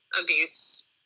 abuse